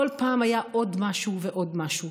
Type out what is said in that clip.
כל פעם היה עוד משהו ועוד משהו.